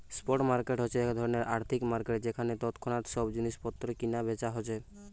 spot market হচ্ছে এক ধরণের আর্থিক মার্কেট যেখানে তৎক্ষণাৎ সব জিনিস পত্র কিনা বেচা হচ্ছে